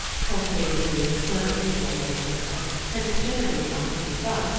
cultivated the clever people may spoke of, and generally tried to keep up,